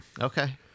Okay